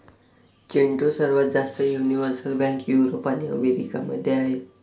चिंटू, सर्वात जास्त universal bank Europe आणि अमेरिका मध्ये आहेत